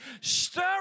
stir